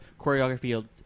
choreography